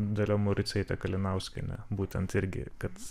dalia mauricaite kalinauskiene būtent irgi kad